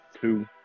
two